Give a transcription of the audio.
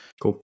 Cool